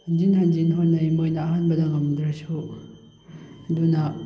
ꯍꯟꯖꯤꯟ ꯍꯟꯖꯤꯟ ꯍꯣꯠꯅꯩ ꯃꯣꯏꯅ ꯑꯍꯥꯟꯕꯗ ꯉꯝꯗ꯭ꯔꯁꯨ ꯑꯗꯨꯅ